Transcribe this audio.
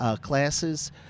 classes